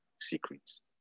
secrets